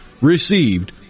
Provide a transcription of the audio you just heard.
received